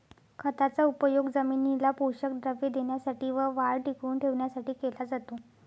खताचा उपयोग जमिनीला पोषक द्रव्ये देण्यासाठी व वाढ टिकवून ठेवण्यासाठी केला जातो